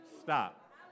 Stop